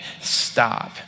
stop